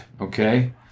okay